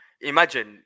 imagine